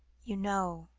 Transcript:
you know